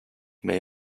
may